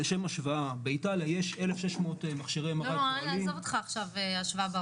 לשם השוואה: באיטליה יש 1,600 מכשירי MRI פועלים.